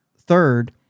third